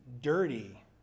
Dirty